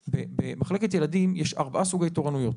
במחלקת ילדים יש ארבעה סוגי תורנויות.